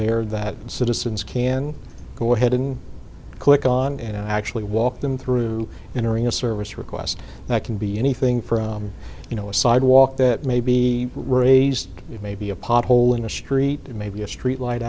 there that citizens can go ahead and click on and i actually walk them through entering a service request that can be anything from you know a sidewalk that may be raised maybe a pothole in the street maybe a street light